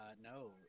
No